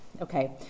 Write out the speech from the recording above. Okay